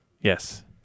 Yes